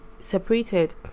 separated